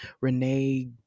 Renee